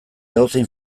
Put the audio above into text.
edozein